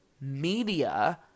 media